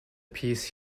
piece